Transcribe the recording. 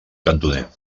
cantoner